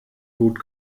gut